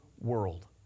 world